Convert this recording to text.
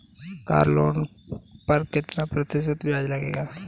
Car loan पर कितना प्रतिशत ब्याज लगेगा?